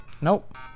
nope